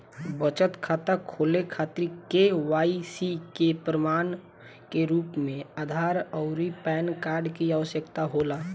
बचत खाता खोले खातिर के.वाइ.सी के प्रमाण के रूप में आधार आउर पैन कार्ड की आवश्यकता होला